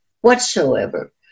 whatsoever